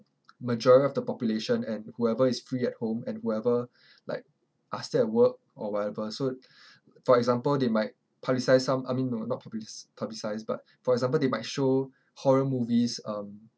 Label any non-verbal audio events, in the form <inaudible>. majority of the population and whoever is free at home and whoever <breath> like are still at work or whatever so <breath> for example they might publicize some I mean no not public~ publicize but for example they might show horror movies um